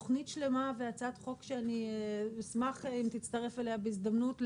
תכנית שלמה והצעת חוק שאני אשמח אם תצטרף אליה בהזדמנות,